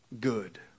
good